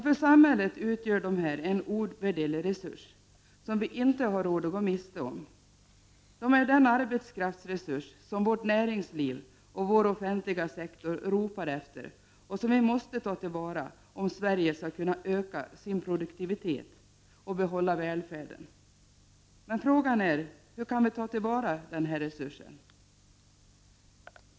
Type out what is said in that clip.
För samhället utgör de en ovärderlig resurs, som vi inte har råd att gå miste om. De är den arbetskraftsresurs som vårt näringsliv och vår offentliga sektor ropar efter och som vi måste ta till vara, om Sverige skall kunna öka sin produktivitet och behålla välfärden. Frågan är hur vi kan ta till vara den resursen.